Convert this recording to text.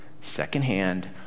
secondhand